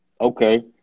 Okay